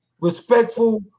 respectful